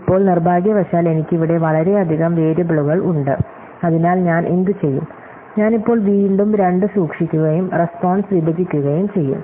ഇപ്പോൾ നിർഭാഗ്യവശാൽ എനിക്ക് ഇവിടെ വളരെയധികം വേരിയബിളുകൾ ഉണ്ട് അതിനാൽ ഞാൻ എന്തുചെയ്യും ഞാൻ ഇപ്പോൾ വീണ്ടും രണ്ട് സൂക്ഷിക്കുകയും റെസ്പോൻസ് വിഭജിക്കുകയും ചെയ്യും